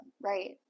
right